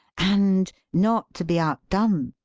and, not to be outdone,